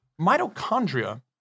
mitochondria